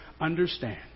understand